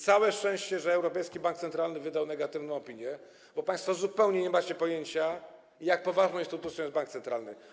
Całe szczęście, że Europejski Bank Centralny wydał negatywną opinię, bo państwo zupełnie nie macie pojęcia, jak poważną instytucją jest bank centralny.